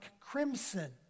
crimson